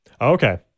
Okay